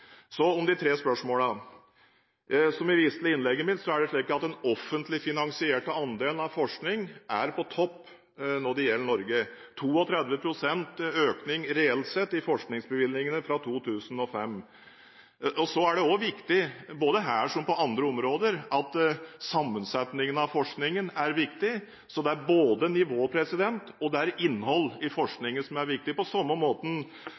Så til de tre spørsmålene. Som jeg viste til i innlegget mitt, er det slik at den offentlig finansierte andelen av forskning er på topp når det gjelder Norge – med 32 pst. økning reelt sett i forskningsbevilgningene fra 2005. Her som på andre områder er sammensetningen av forskningen også viktig. Så det er både nivå og innhold i forskningen som er viktig, på samme måten